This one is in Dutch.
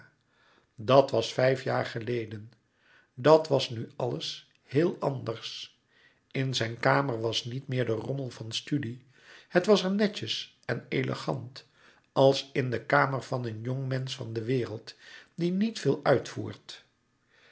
dat was vijf jaar geleden dat was nu alles heel anders in zijn kamer was niet meer de rommel van studie het was er netjes en elegant als in de kamer van een jongmensch van de wereld die niet veel uitvoert